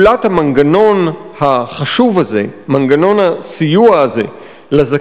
שבעצם שולל את פעולת המנגנון החשוב הזה מנגנון הסיוע הזה לזכאים,